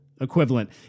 equivalent